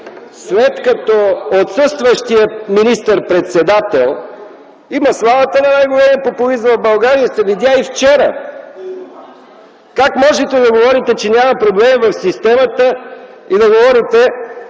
след като отсъстващият министър-председател има славата на най-големия популист в България. Това се видя и вчера. Как можете да говорите, че няма проблеми в системата и че едва